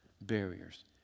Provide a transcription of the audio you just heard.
barriers